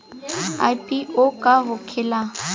IPO का होखेला?